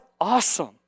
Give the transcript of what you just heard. awesome